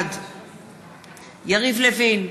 בעד יריב לוין,